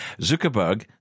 Zuckerberg